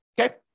okay